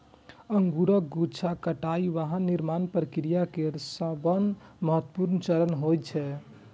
अंगूरक गुच्छाक कटाइ वाइन निर्माण प्रक्रिया केर सबसं महत्वपूर्ण चरण होइ छै